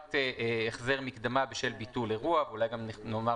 חובת החזר מקדמה בשל ביטול אירוע" אולי גם נאמר